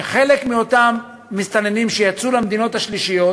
שחלק מאותם מסתננים שיצאו למדינות שלישיות,